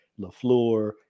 Lafleur